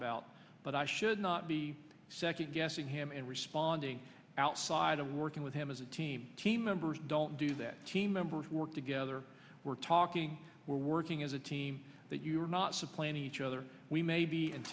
about but i should not be second guessing him and responding outside of working with him as a team team members don't do that team members work together we're talking we're working as a team that you're not supplant each other we may be an